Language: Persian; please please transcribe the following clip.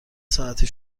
ساعتی